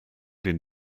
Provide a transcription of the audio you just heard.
den